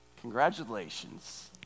Congratulations